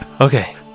Okay